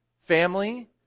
Family